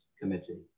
committee